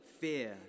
fear